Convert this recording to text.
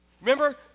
remember